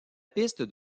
piste